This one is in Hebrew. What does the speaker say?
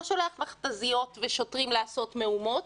לא שולח מכת"זיות ושוטרים לעשות מהומות,